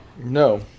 No